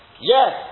Yes